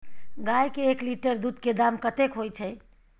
गाय के एक लीटर दूध के दाम कतेक होय छै?